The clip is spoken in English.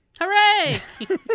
Hooray